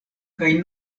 kaj